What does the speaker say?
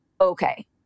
Okay